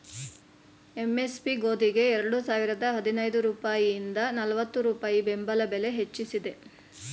MSP ಗೋದಿಗೆ ಎರಡು ಸಾವಿರದ ಹದಿನೈದು ರೂಪಾಯಿಂದ ನಲ್ವತ್ತು ರೂಪಾಯಿ ಬೆಂಬಲ ಬೆಲೆ ಹೆಚ್ಚಿಸಿದೆ